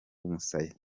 umusaya